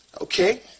Okay